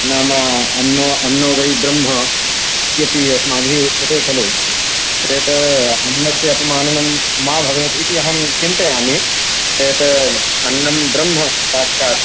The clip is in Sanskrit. नाम अन्नो अन्नो वै ब्रह्म इत्यपि अस्माभिः उच्यते खलु चेत् अन्नस्य अपमाननं मा भवेत् इति अहं चिन्तयामि चेत् अन्नं ब्रह्म साक्षात्